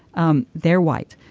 um they're white.